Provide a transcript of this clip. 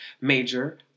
Major